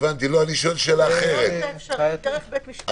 בגדול, זה אפשרי דרך בית משפט.